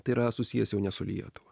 tai yra susijęs jau ne su lietuva